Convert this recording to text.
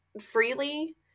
freely